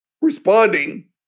responding